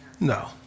No